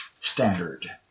standard